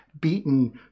beaten